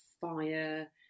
fire